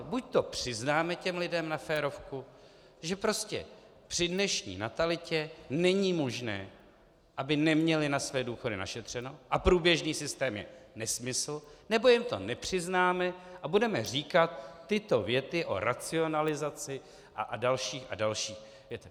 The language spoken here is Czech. Buď to přiznáme těm lidem na férovku, že prostě při dnešní natalitě není možné, aby neměli na své důchody našetřeno, a průběžný systém je nesmysl, nebo jim to nepřiznáme a budeme říkat tyto věty o racionalizaci a další a další věty.